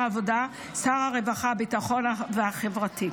העבודה ושר הרווחה והביטחון והחברתי.